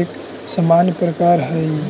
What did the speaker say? एक सामान्य प्रकार हइ